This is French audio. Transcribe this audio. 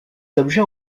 objets